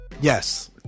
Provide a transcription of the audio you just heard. Yes